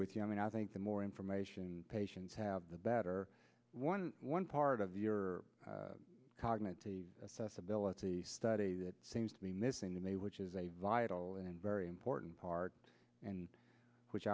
with you i mean i think the more information patients have the better one one part of your cognitive ability study that seems to be missing the mail which is a vital and very important part and which